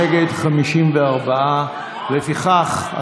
נגד, 54. לפיכך,